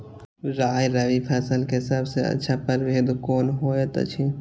राय रबि फसल के सबसे अच्छा परभेद कोन होयत अछि?